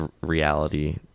reality